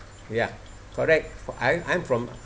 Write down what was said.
ya correct I'm I'm from